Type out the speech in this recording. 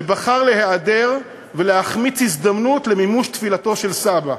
שבחר להיעדר ולהחמיץ הזדמנות למימוש תפילתו של סבא.